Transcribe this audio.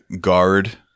guard